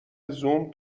زوم